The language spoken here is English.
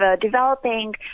developing